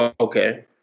Okay